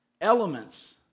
elements